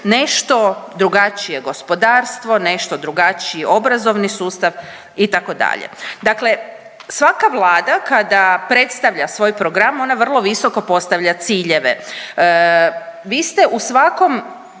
nešto drugačije gospodarstvo, nešto drugačije obrazovni sustav itd. Dakle, svaka vlada kada predstavlja svoj program ona vrlo visoko postavlja ciljeve. Vi ste u svakom